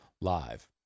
live